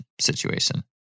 situation